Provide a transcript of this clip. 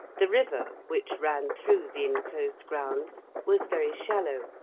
the river, which ran through the enclosed grounds, was very shallow,